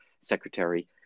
secretary